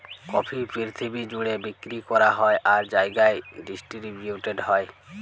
coffee পিরথিবি জ্যুড়ে বিক্কিরি ক্যরা হ্যয় আর জায়গায় ডিসটিরিবিউট হ্যয়